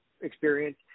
experience